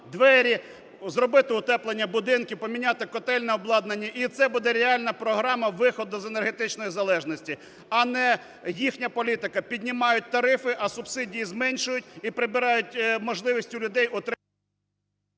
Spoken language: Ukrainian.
двері, зробити утеплення будинків, поміняти котельне обладнання. І це буде реальна програма виходу з енергетичної залежності, а не їхня політика. Піднімають тарифи, а субсидії зменшують, і прибирають можливість у людей…